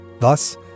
Thus